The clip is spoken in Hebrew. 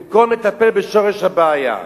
במקום לטפל בשורש הבעיה.